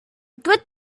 good